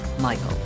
Michael